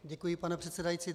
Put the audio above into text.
Děkuji, pane předsedající.